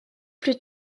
plus